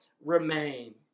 remain